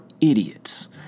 idiots